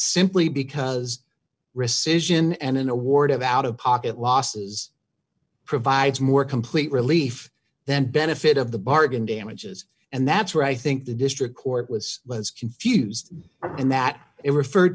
simply because rescission and an award of out of pocket losses provides more complete relief than benefit of the bargain damages and that's where i think the district court was was confused and that it referred